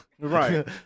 right